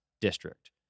district